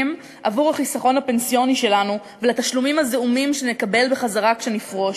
על החיסכון הפנסיוני שלנו ולתשלומים הזעומים שנקבל בחזרה כשנפרוש.